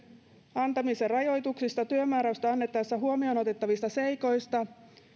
antamisen rajoituksista työmääräystä annettaessa huomioon otettavista seikoista